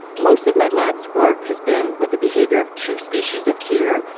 most of my lab's work has been with the behavior of two species of deer,